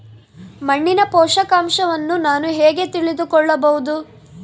ಮಣ್ಣಿನ ಪೋಷಕಾಂಶವನ್ನು ನಾನು ಹೇಗೆ ತಿಳಿದುಕೊಳ್ಳಬಹುದು?